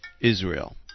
Israel